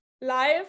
Life